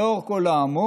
לאור כל האמור,